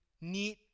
need